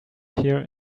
here